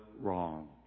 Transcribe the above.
wrong